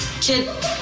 Kid